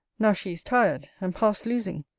now she is tired, and past losing.